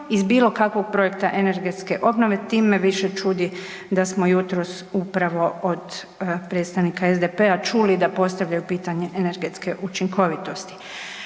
iz bilo kakvog projekta energetske obnove tim me više čudi da smo jutros upravo do predstavnika SDP-a čuli da postavljaju pitanje energetske učinkovitosti.